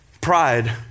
pride